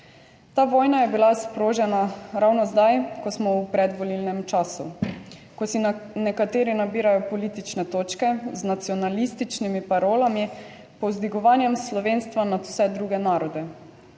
Ta vojna je bila sprožena ravno zdaj, ko smo v predvolilnem času, ko si nekateri nabirajo politične točke z nacionalističnimi parolami, povzdigovanjem slovenstva nad vse druge narode.